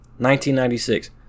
1996